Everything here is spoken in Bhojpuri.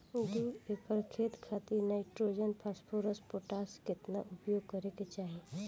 दू एकड़ खेत खातिर नाइट्रोजन फास्फोरस पोटाश केतना उपयोग करे के चाहीं?